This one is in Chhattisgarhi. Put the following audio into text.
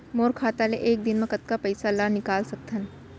मोर खाता ले एक दिन म कतका पइसा ल निकल सकथन?